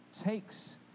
takes